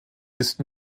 ist